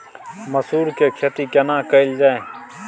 मसूर के खेती केना कैल जाय?